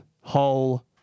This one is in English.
whole